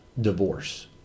divorce